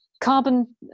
carbon